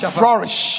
flourish